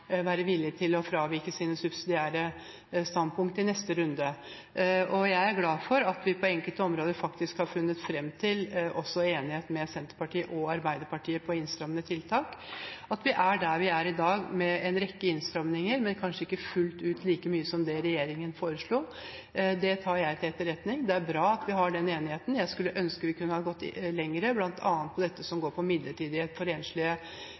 være villige til å fravike sine subsidiære standpunkter i neste runde. Jeg er glad for at vi på enkelte områder også har funnet fram til enighet med Senterpartiet og Arbeiderpartiet om innstrammende tiltak. At vi er der vi er i dag, med en rekke innstramninger, men kanskje ikke fullt ut like mange som det regjeringen foreslo, tar jeg til etterretning. Det er bra at vi har den enigheten. Jeg skulle ønske vi kunne ha gått lenger, bl.a. når det gjelder midlertidighet for enslige mindreårige, for jeg tror at vi både som